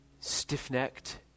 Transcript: stiff-necked